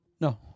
No